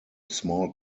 small